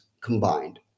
combined